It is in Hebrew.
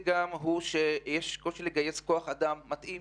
כן נמצא כי קיים קושי בגיוס כוח אדם מתאים